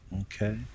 Okay